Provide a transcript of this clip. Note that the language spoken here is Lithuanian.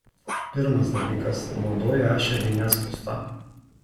pirmas dalykas naudoju ešerį neskustą